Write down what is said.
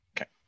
Okay